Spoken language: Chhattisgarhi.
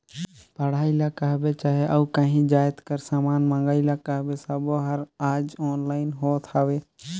पढ़ई ल कहबे चहे अउ काहीं जाएत कर समान मंगई ल कहबे सब्बों हर आएज ऑनलाईन होत हवें